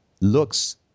looks